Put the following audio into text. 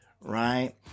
right